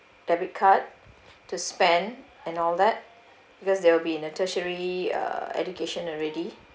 debit card to spend and all that because they'll be in a tertiary uh education already